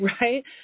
right